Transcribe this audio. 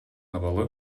абалы